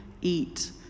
eat